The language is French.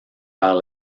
par